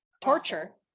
Torture